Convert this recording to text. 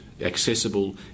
accessible